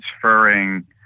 transferring